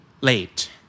Late